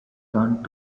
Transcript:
turned